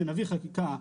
כשנביא חקיקה,